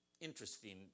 interesting